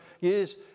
years